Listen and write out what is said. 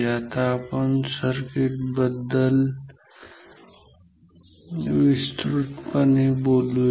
आता आपण या सर्किट बद्दल विस्तृतपणे बोलूया